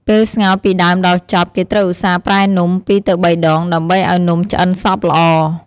ពេលស្ងោរពីដើមដល់ចប់ គេត្រូវឧស្សាហ៍ប្រែនំ ២ទៅ៣ដង ដើម្បីឱ្យនំឆ្អិនសព្វល្អ៕